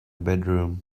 bedroom